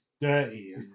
dirty